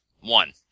one